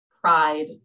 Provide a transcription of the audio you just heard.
pride